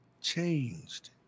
changed